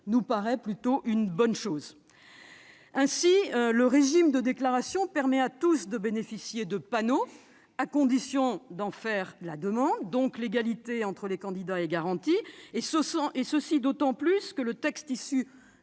nous paraît plutôt une bonne chose. Le régime de déclaration permet à tous de bénéficier de panneaux, à condition d'en faire la demande. L'égalité entre les candidats est donc garantie, et ce d'autant plus que le texte issu